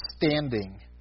standing